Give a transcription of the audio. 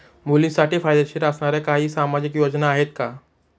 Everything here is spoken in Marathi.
मुलींसाठी फायदेशीर असणाऱ्या काही सामाजिक योजना आहेत का?